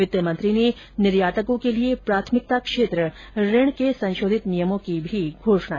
वित्तमंत्री ने निर्यातको के लिये प्राथमिकता क्षेत्र ऋण के संशोधित नियमों की भी घोषणा की